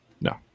No